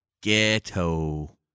ghetto